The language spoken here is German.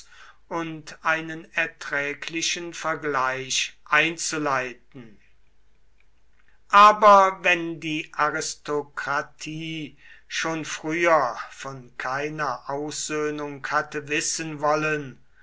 und einen erträglichen vergleich einzuleiten aber wenn die aristokratie schon früher von keiner aussöhnung hatte wissen wollen